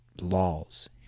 laws